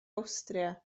awstria